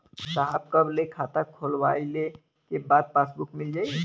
साहब कब ले खाता खोलवाइले के बाद पासबुक मिल जाई?